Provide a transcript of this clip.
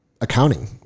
accounting